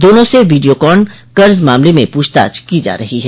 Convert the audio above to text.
दोनों से वीडियोकॉन कर्ज मामले में पूछताछ की जा रही है